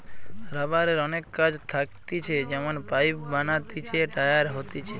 রাবারের অনেক কাজ থাকতিছে যেমন পাইপ বানাতিছে, টায়ার হতিছে